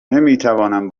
نمیتوانم